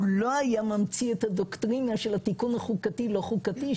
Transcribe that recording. הוא לא היה ממציא את הדוקטרינה של התיקון החוקתי הלא חוקתי,